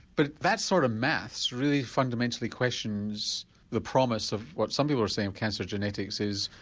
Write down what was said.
but that sort of math really fundamentally questions the promise of what some people are saying cancer genetics is,